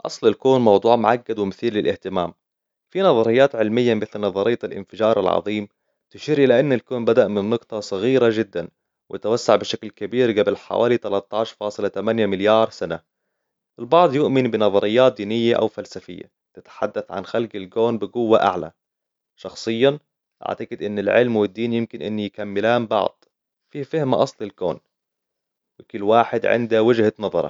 أصل الكون موضوع معقد ومثير للإهتمام في نظريات علمية مثل نظرية الإنفجار العظيم تشير إلى أن الكون بدأ من نقطة صغيرة جداً متوسعة بشكل كبير قبل حوالي تلتاش فاصله تمانيه مليار سنة البعض يؤمن بنظريات دينية أو فلسفية تتحدث عن خلق الكون بقوة أعلى شخصياً أعتقد أن العلم والدين يمكن أن يكملان بعض في فهم أصل الكون وكل واحد عنده وجهة نظرة